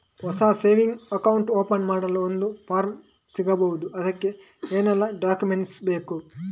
ಹೊಸ saving account open ಮಾಡಲು ಒಂದು ಫಾರ್ಮ್ ಸಿಗಬಹುದು? ಅದಕ್ಕೆ ಏನೆಲ್ಲಾ ಡಾಕ್ಯುಮೆಂಟ್ಸ್ ಬೇಕು?